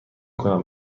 کنم